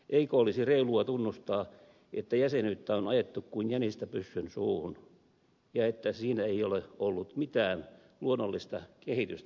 eikö olisi reilua tunnustaa että jäsenyyttä on ajettu kuin jänistä pyssyn suuhun ja että siinä ei ole ollut mitään luonnollista kehitystä